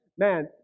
Man